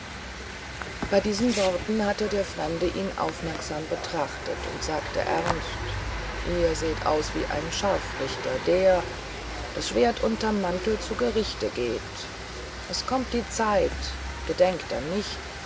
bei diesen worten hatte der fremde ihn aufmerksam betrachtet und sagte ernst ihr seht aus wie ein scharfrichter der das schwert unterm mantel zu gerichte geht es kommt die zeit gedenkt an mich